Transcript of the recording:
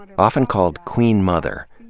but often called queen mother,